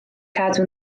cadw